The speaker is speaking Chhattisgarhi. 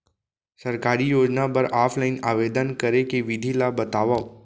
सरकारी योजना बर ऑफलाइन आवेदन करे के विधि ला बतावव